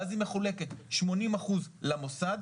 ואז היא מחולקת 80% למוסד,